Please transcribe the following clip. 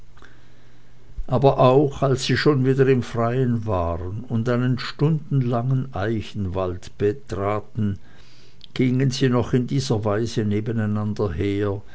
aber auch als sie schon wieder im freien waren und einen stundenlangen eichwald betraten gingen sie noch in dieser weise nebeneinander her